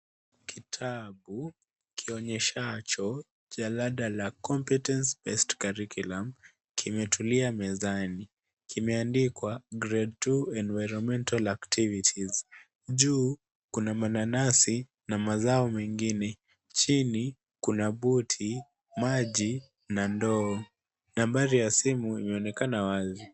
Kitabu kionyeshacho jalada la Competence Based Curriculum kimetulia mezani. Kimeandikwa, Grade 2 Environmental Activities . Juu, kuna mananasi na mazao mengine. Chini kuna buti , maji na ndoo. Nambari ya simu inaonekana wazi.